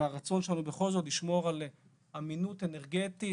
והרצון שלנו בכל זאת לשמור על אמינות אנרגטית,